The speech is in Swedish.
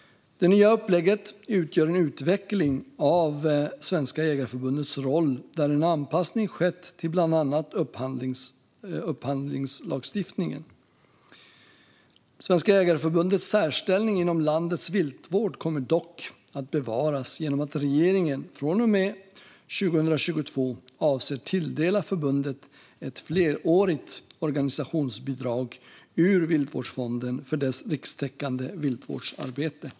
Det nya upplägget utgör en utveckling av Svenska Jägareförbundets roll. En anpassning har skett till bland annat upphandlingslagstiftningen. Svenska Jägareförbundets särställning inom landets viltvård kommer dock att bevaras genom att regeringen från och med 2022 avser att tilldela förbundet ett flerårigt organisationsbidrag ur Viltvårdsfonden för dess rikstäckande viltvårdsarbete.